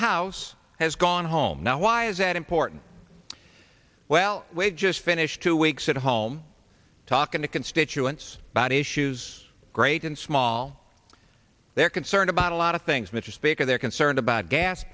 house has gone home now why is that important well we just finished two weeks at home talking to constituents about issues great and small they're concerned about a lot of things mr speaker they're concerned about gas